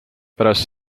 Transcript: pärast